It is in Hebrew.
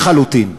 לחלוטין.